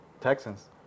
Texans